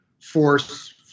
force